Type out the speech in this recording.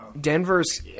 Denver's